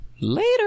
later